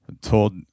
told